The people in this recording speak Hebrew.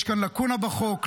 יש כאן לקונה בחוק,